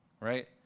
right